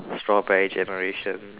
strawberry generation